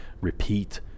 repeat